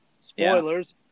spoilers